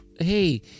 hey